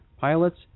pilots